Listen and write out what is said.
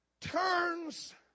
turns